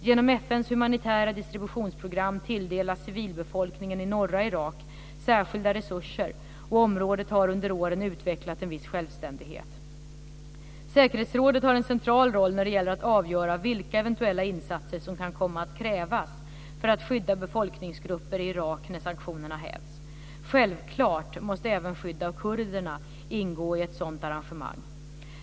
Genom FN:s humanitära distributionsprogram tilldelas civilbefolkningen i norra Irak särskilda resurser, och området har under åren utvecklat en viss självständighet. Säkerhetsrådet har en central roll när det gäller att avgöra vilka eventuella insatser som kan komma att krävas för att skydda befolkningsgrupper i Irak när sanktionerna hävs. Självklart måste även skydd av kurderna ingå i ett sådant arrangemang.